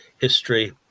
history